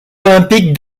olympiques